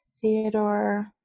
Theodore